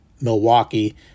Milwaukee